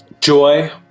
Joy